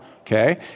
okay